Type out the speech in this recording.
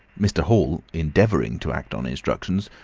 mr. hall, endeavouring to act on instructions,